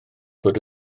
bod